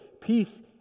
Peace